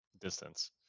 distance